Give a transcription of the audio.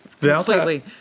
completely